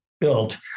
built